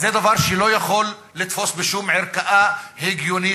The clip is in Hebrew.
זה דבר שלא יכול לתפוס בשום ערכאה משפטית הגיונית.